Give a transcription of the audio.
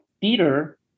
theater